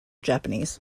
japanese